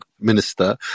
minister